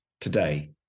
today